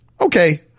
Okay